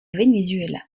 venezuela